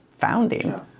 founding